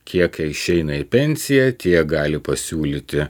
kiek išeina į pensiją tiek gali pasiūlyti